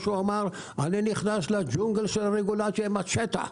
שאמר: "אני נכנס לג'ונגל של הרגולציה עם מצ'טה,